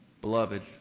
Beloved